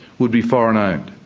would be foreign owned.